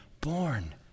born